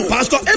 Pastor